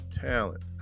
talent